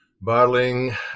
bottling